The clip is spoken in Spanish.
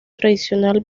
tradicional